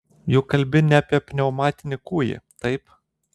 juk kalbi ne apie pneumatinį kūjį taip